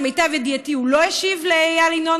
למיטב ידיעתי הוא לא השיב לאיל ינון,